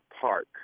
park